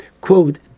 quote